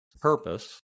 purpose